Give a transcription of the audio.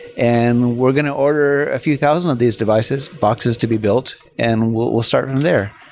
and we're going to order a few thousand of these devices boxes to be built, and we'll we'll start from there.